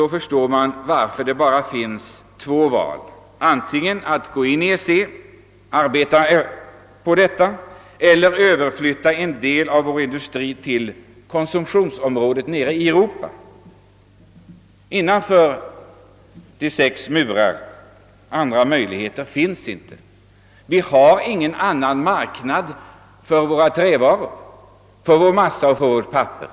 Då förstår man varför det finns bara två möjligheter: vi måste antingen arbeta för att komma in i EEC eller överflytta en del av vår industri till konsumtionsområdet nere i Europa, alltså lägga den innanför EEC:s tullmurar. Några andra möjligheter finns inte. Vi har nämligen i stort sett ingen annan marknad för våra trävaror, för vår massa och för vårt papper.